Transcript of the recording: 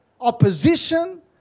opposition